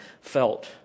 felt